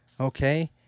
Okay